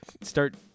start